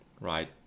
Right